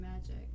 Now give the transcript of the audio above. Magic